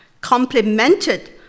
complemented